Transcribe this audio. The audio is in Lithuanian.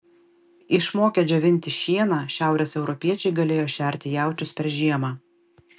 išmokę džiovinti šieną šiaurės europiečiai galėjo šerti jaučius per žiemą